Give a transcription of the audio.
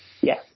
Yes